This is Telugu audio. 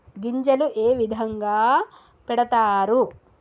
గింజలు ఏ విధంగా పెడతారు?